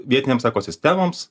vietinėms ekosistemoms